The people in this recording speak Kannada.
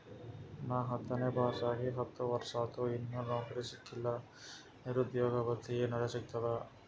ನಾ ಹತ್ತನೇ ಪಾಸ್ ಆಗಿ ಹತ್ತ ವರ್ಸಾತು, ಇನ್ನಾ ನೌಕ್ರಿನೆ ಸಿಕಿಲ್ಲ, ನಿರುದ್ಯೋಗ ಭತ್ತಿ ಎನೆರೆ ಸಿಗ್ತದಾ?